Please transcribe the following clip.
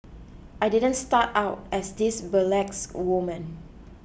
I didn't start out as this burlesque woman